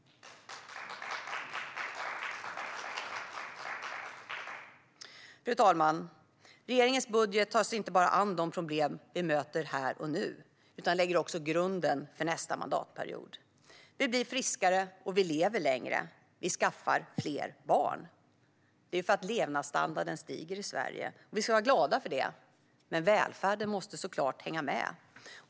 Fru talman! Regeringens budget tar sig inte bara an de problem som vi möter här och nu utan lägger också grunden för nästa mandatperiod. Vi blir friskare, vi lever längre och vi skaffar fler barn. Detta är för att levnadsstandarden stiger i Sverige, och vi ska vara glada för det. Men välfärden måste såklart hänga med.